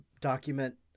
document